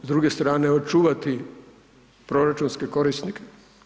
S druge strane očuvati proračunske korisnike.